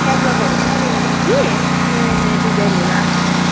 क्याटालगहरू छ मेरोमा कि नयाँ नयाँ डिजाइनहरू आएको